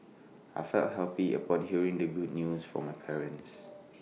I felt happy upon hearing the good news from my parents